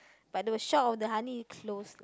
but the shop of the honey is close lah